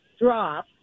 drop